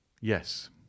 Yes